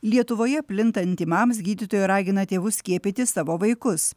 lietuvoje plintant tymams gydytojai ragina tėvus skiepyti savo vaikus